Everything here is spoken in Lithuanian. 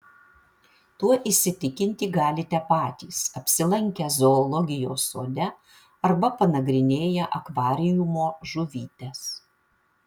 tuo įsitikinti galite patys apsilankę zoologijos sode arba panagrinėję akvariumo žuvytes